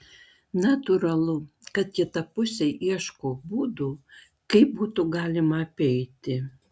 natūralu kad kita pusė ieško būdų kaip būtų galima apeiti